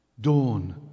dawn